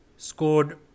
scored